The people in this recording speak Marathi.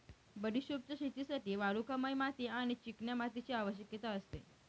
बडिशोपच्या शेतीसाठी वालुकामय माती आणि चिकन्या मातीची आवश्यकता असते